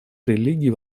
религий